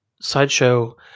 sideshow